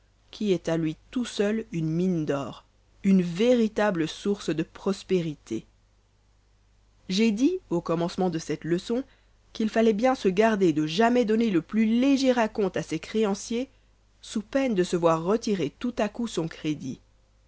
qui est à lui tout seul une mine d'or une véritable source de prospérités j'ai dit au commencement de cette leçon qu'il fallait bien se garder de jamais donner le plus léger à compte à ses créanciers sous peine de se voir retirer tout-à-coup son crédit